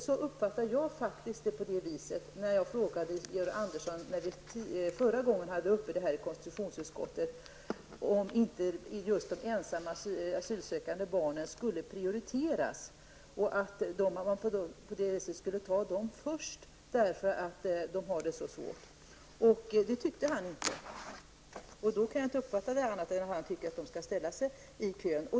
Så uppfattade jag faktiskt Georg Andersson när frågan förra gången var uppe till behandling i konstitutionsutskottet, dvs. att de ensamma asylsökande barnen inte skulle prioriteras. Jag frågade om inte just de barnen skulle prioriteras på så sätt att man skulle ta dessa fall först, eftersom barnen har det så svårt. Det tyckte invandrarministern inte. Jag kan inte uppfatta detta på annat sätt än att han tyckte att de skulle ställa sig i kön.